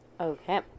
Okay